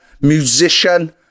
musician